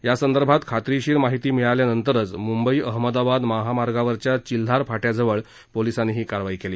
यासंदर्भात खात्रीशीर माहिती मिळाल्यानंतरच मुंबई अहमदाबाद महामार्गावरच्या चिल्हार फाट्याजवळ पोलीसांनी ही कारवाई केली